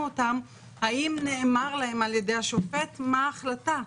אותם האם נאמר להם על ידי השופט מה ההחלטה,